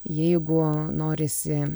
jeigu norisi